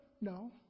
No